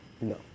no